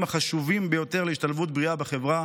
החשובים ביותר בהשתלבות בריאה בחברה,